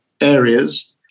areas